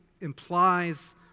implies